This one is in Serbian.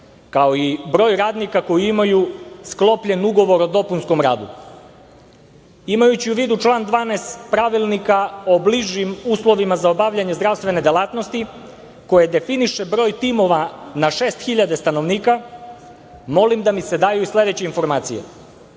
kao i broj radnika koji imaju sklopljen ugovor o dopunskom radu. Imajući u vidu član 12. Pravilnika o bližim uslovima za obavljanje zdravstvene delatnosti koji definiše broj timova na 6.000 stanovnika molim da mi se daju i sledeće informacije